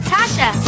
Tasha